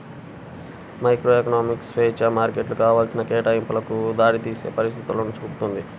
microeconomics స్వేచ్ఛా మార్కెట్లు కావాల్సిన కేటాయింపులకు దారితీసే పరిస్థితులను చూపుతుంది